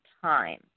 time